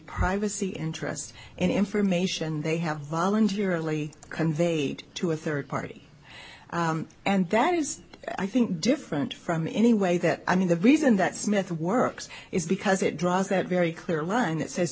privacy interests and information they have voluntarily conveyed to a third party and that is i think different from any way that i mean the reason that smith works is because it draws that very clear line that sa